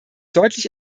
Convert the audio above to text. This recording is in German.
deutlich